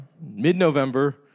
mid-November